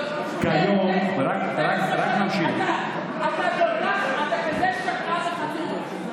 אתה כזה שקרן וחצוף.